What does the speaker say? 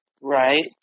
Right